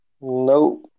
Nope